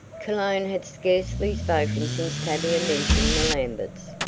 cologne had scarcely spoken since tavia mentioned the lamberts,